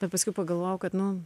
bet paskui pagalvojau kad nu